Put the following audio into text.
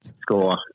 score